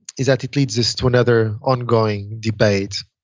is that it leads us to another ongoing debate